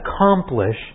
accomplish